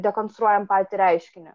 dekonstruojam patį reiškinį